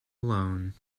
alone